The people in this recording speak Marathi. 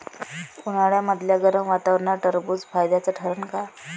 उन्हाळ्यामदल्या गरम वातावरनात टरबुज फायद्याचं ठरन का?